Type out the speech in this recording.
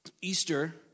Easter